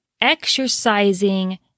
exercising